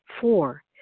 four